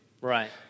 Right